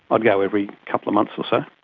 i'd go every couple of months or so.